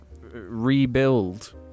rebuild